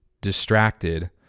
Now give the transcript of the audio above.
distracted